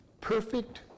Perfect